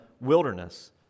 wilderness